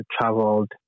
traveled